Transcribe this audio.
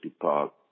Park